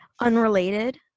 unrelated